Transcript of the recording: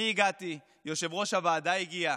אני הגעתי, יושב-ראש הוועדה הגיע,